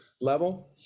level